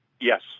Yes